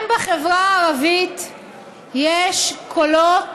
גם בחברה הערבית יש קולות